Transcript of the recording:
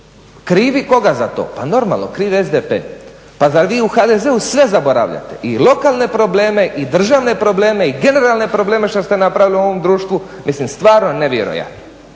krivi koga za to, krivi SDP. Pa zar vi u HDZ-u sve zaboravljate i lokalne probleme i državne probleme i generalne probleme što ste napravili u ovom društvu. Mislim stvarno nevjerojatno,